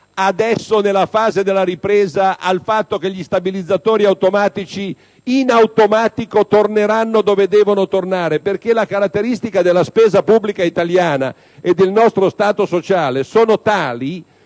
adesso, nella fase della ripresa, al fatto che gli stabilizzatori automatici in automatico torneranno dove devono essere, perché le caratteristiche della spesa pubblica italiana e del nostro Stato sociale sono tali